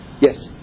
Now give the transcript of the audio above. yes